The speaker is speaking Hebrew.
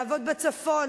לעבוד בצפון,